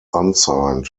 unsigned